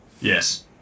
Yes